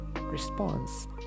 response